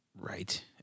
right